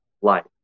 life